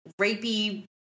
rapey